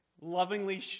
lovingly